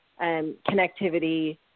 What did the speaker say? connectivity –